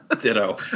Ditto